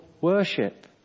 worship